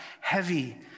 heavy